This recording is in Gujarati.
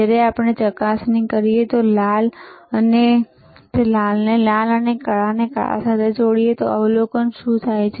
જ્યારે આપણે ચકાસણી કરીએ તો લાલ ને લાલ અને કાળાને કાળા સાથે જોડીએ ત્યારે અવલોકન શું છે